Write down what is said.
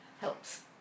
helps